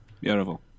Beautiful